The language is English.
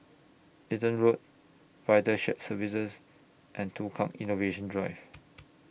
Eaton Walk Vital Shared Services and Tukang Innovation Drive